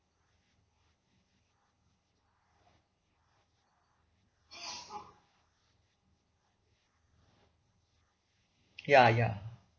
ya ya